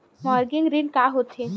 Mortgage ऋण का होथे?